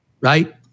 right